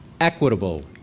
equitable